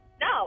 No